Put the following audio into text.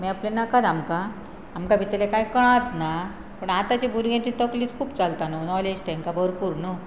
मागीर आपलें नाकाद आमकां आमकां भितर कांय कळात ना पूण आतांचे भुरग्यांची तकलीत खूब चलता न्हू नॉलेज तांकां भरपूर न्हू